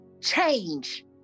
change